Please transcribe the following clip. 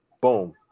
boom